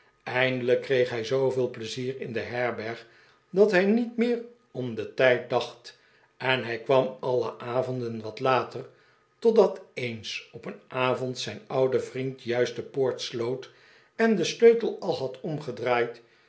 eindelijk kreeg hij zooveel pleizier in de herberg dat hij niet meer om den tijd dacht en hij kwam alle avonden wat later totdat eens op een avond zijn oude vriend juist de poort sloot en den sleutel al had omgedraaid